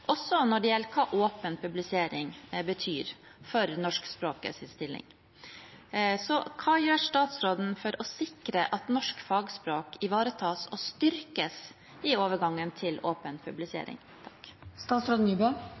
også når det gjelder hva åpen publisering betyr for norsk språks stilling. Hva gjør statsråden for å sikre at norsk fagspråk ivaretas og styrkes i overgangen til åpen